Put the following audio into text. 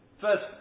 First